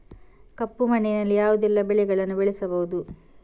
ಕಪ್ಪು ಮಣ್ಣಿನಲ್ಲಿ ಯಾವುದೆಲ್ಲ ಬೆಳೆಗಳನ್ನು ಬೆಳೆಸಬಹುದು?